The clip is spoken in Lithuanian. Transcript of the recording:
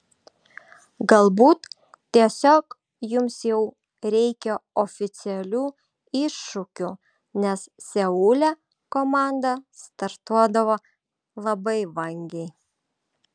galbūt tiesiog jums jau reikia oficialių iššūkių nes seule komanda startuodavo labai vangiai